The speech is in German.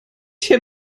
hier